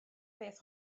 beth